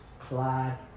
Clyde